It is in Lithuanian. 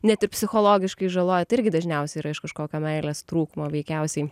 net ir psichologiškai žaloja tai irgi dažniausia yra iš kažkokio meilės trūkumo veikiausiai